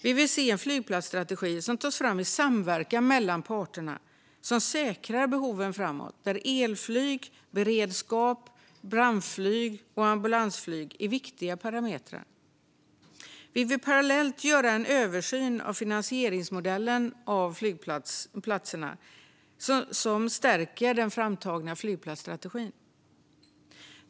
Vi vill se en flygplatsstrategi som tas fram i samverkan mellan parterna och som tillgodoser de framtida behoven, där elflyg, beredskap, brandflyg och ambulansflyg är viktiga parametrar. Vi vill parallellt göra en översyn av finansieringsmodellen för flygplatserna i syfte att stärka den framtagna flygplatsstrategin.